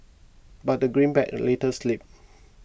but the greenback later slipped